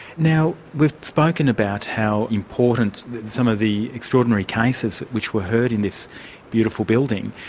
now we've spoken about how important some of the extraordinary cases which were heard in this beautiful building,